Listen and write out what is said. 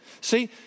See